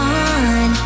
on